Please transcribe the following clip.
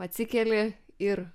atsikeli ir